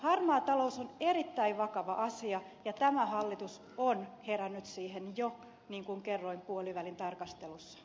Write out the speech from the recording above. harmaa talous on erittäin vakava asia ja tämä hallitus on herännyt siihen jo niin kuin kerroin puolivälitarkastelussa